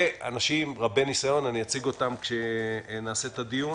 ואנשים רבי ניסיון אציג אותם כאשר נערוך את הדיון